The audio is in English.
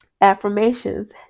affirmations